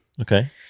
Okay